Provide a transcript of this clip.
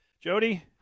Jody